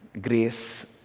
grace